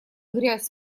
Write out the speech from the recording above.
грязь